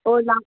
ꯑꯣ